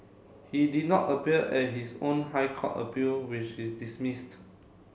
he did not appear at his own High Court appeal which is dismissed